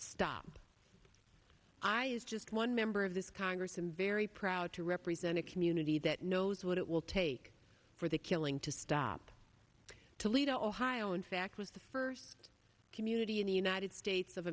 stop i is just one member of this congress i'm very proud to represent a community that knows what it will take for the killing to stop toledo ohio in fact was the first community in the united states of